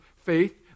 faith